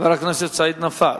חבר הכנסת סעיד נפאע.